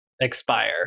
Expire